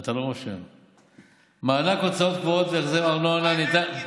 אתה לא רושם: מענק הוצאות קבועות והחזר ארנונה ניתן,